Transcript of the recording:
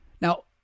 Now